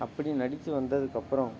அப்படி நடிச்சு வந்ததுக்கு அப்புறம்